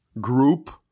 group